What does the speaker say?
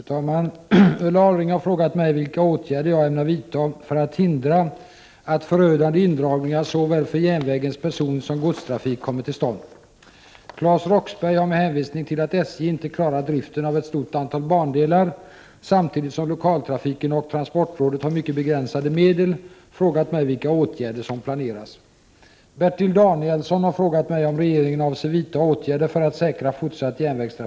Fru talman! Ulla Orring har frågat mig vilka åtgärder jag ämnar vidta för att hindra att förödande indragningar såväl för järnvägens persontrafik som för dess godstrafik kommer till stånd. Claes Roxbergh har med hänvisning till att SJ inte klarar driften av ett stort antal bandelar samtidigt som lokaltrafiken och transportrådet har mycket begränsade medel frågat mig vilka åtgärder som planeras.